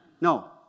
no